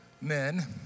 men